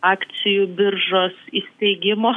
akcijų biržos įsteigimo